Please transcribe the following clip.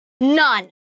None